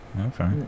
okay